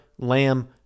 lamb